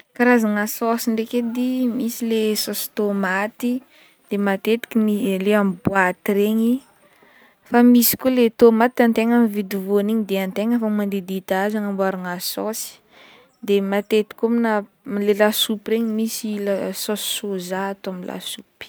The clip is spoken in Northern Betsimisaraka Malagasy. Karazagna saosy ndraiky edy misy le saosy tomaty de matetika m- le amin'ny boite regny fa misy koa le tomaty antegna mividy voany igny de antegna fo mandidididy azy anamboaragna sosy de matetika koa amina le lasopy regny misy saosy soza atao amin'ny lasopy.